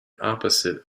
opposite